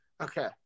okay